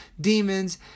demons